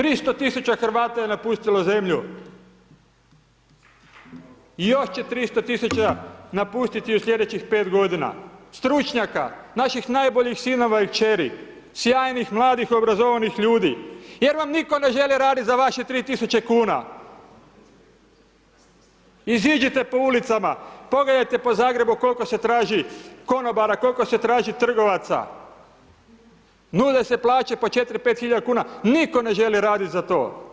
300 000 Hrvata je napustilo zemlju i još će 300 000 napustiti u slijedećih 5 godina, stručnjaka, naših najboljih sinova i kćeri, sjajnih mladih obrazovanih ljudi, jer vam nitko ne želi raditi za vaše 3.000,00 kn, iziđite po ulicama, pogledajte po Zagrebu koliko se traži konobara, koliko se traži trgovaca, nude se plaće po 4-5.000,00 kn, nitko ne želi raditi za to.